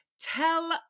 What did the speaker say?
tell